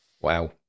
Wow